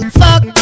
fuck